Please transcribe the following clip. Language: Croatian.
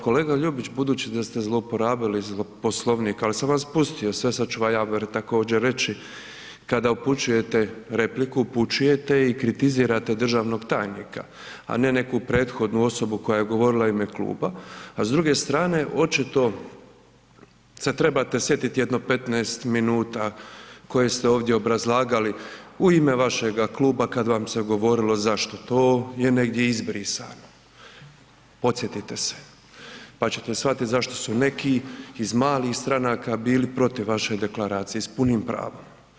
Kolega Ljubić, budući da ste zlouporabili Poslovnik, ali sam vas pustio … [[Govornik se ne razumije]] sad ću vam ja također reći kada upućujete repliku, upućujete i kritizirate državnog tajnika, a ne neku prethodnu osobu koja je govorila u ime kluba, a s druge strane, očito se trebate sjetiti jedno 15 minuta koje ste ovdje obrazlagali u ime vašega kluba kad vam se govorilo zašto to, je negdje izbrisano, podsjetite se, pa ćete shvatit zašto su neki iz malih stranaka bili protiv vaše deklaracije i s punim pravom.